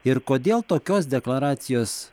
ir kodėl tokios deklaracijos